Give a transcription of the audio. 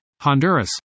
Honduras